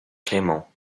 clément